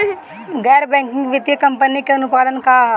गैर बैंकिंग वित्तीय कंपनी के अनुपालन का ह?